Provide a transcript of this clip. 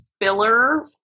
filler